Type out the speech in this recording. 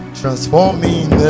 transforming